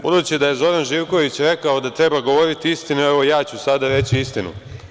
Budući da je Zoran Živković rekao da treba govoriti istinu, evo ja ću sada reći istinu.